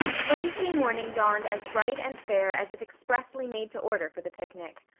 wednesday morning dawned as bright and fair as if expressly made to order for the picnic.